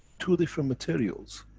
two different materials.